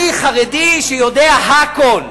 אני חרדי שיודע הכול,